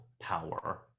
power